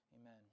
amen